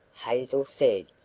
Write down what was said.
hazel said,